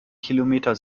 kilometer